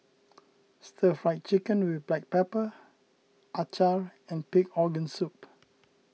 Stir Fried Chicken with Black Pepper Acar and Pig Organ Soup